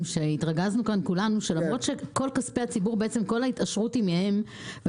שהתרגזנו כאן כולם שלמרות שכל ההתעשרות היא מכספי ציבור,